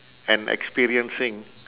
and experiencing